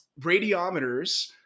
radiometers